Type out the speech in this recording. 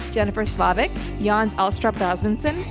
jennifer slavic, yans astrop gudmunsen,